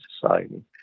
society